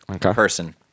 person